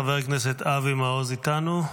חבר הכנסת אבי מעוז איתנו?